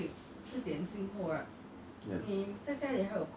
because if you have a million people investing one thousand dollars